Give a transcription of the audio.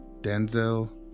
Denzel